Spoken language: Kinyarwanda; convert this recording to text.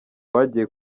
bagiye